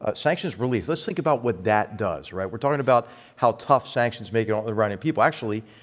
ah sanctions relief, let's think about what that does, right? we're talking about how tough sanctions make it on the iranian people. actually,